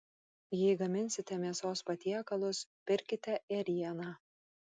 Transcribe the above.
jei gaminsite mėsos patiekalus pirkite ėrieną